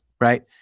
right